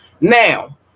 now